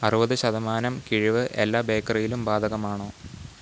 അറുപത് ശതമാനം കിഴിവ് എല്ലാ ബേക്കറിയിലും ബാധകമാണോ